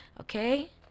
Okay